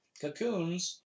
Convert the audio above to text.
cocoons